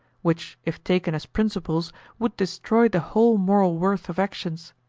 which if taken as principles would destroy the whole moral worth of actions.